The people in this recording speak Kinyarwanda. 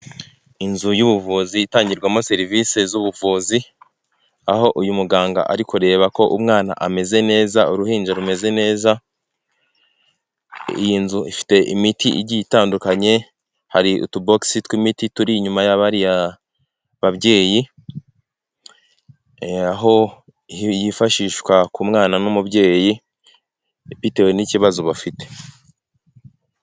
Inzu y'ubuvuzi itangirwamo serivise z'ubuvuzi, aho uyu muganga ari kureba ko umwana ameze neza, uruhinja rumeze neza. Iyi nzu ifite imiti igi itandukanye, hari utubogisi tw'imiti turi inyuma ya bariya babyeyi, aho yifashishwa ku mwana n'umubyeyi bitewe n'ikibazo bafite.